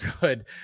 good